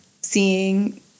seeing